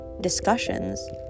discussions